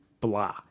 blah